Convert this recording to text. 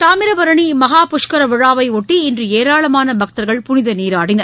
தாமிரபரணிமகா புஷ்கரவிழாவையொட்டி இன்றுஏராளமானபக்தர்கள் புனிதநீராடினர்